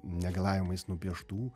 negalavimais nupieštų